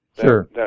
Sure